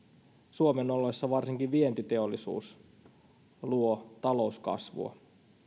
suomen oloissa varsinkin vientiteollisuus luo talouskasvua